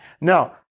Now